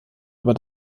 aber